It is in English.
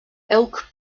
elk